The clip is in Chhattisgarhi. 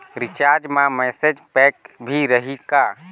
रिचार्ज मा मैसेज पैक भी रही का?